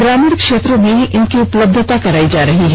ग्रामीण क्षेत्रों में इनकी उपलब्धता कराई जा रही है